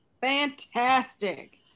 Fantastic